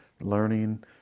learning